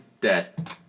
dead